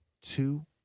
two